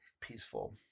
Peaceful